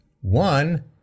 One